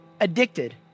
addicted